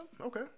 Okay